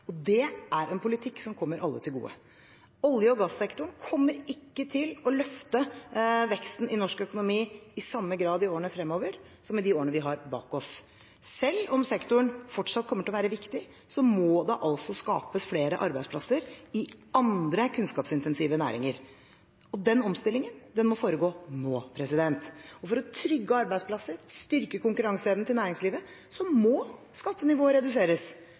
og en trygg hverdag. Det er en politikk som kommer alle til gode. Olje- og gassektoren kommer ikke til å løfte veksten i norsk økonomi i samme grad i årene fremover som i de årene vi har bak oss. Selv om sektoren fortsatt kommer til å være viktig, må det skapes flere arbeidsplasser i andre kunnskapsintensive næringer. Den omstillingen må foregå nå. For å trygge arbeidsplassene og styrke konkurranseevnen til næringslivet må skattenivået reduseres.